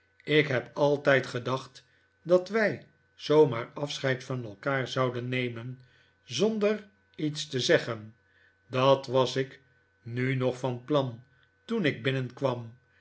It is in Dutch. ik heb altijd gedacht dat wij zoo maar afscheid van elkaar zouden nemen zonder iets te zeggen dat was ik nu nog van plan toen ik binnenkwam